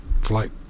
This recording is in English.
flight